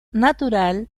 natural